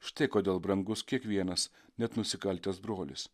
štai kodėl brangus kiekvienas net nusikaltęs brolis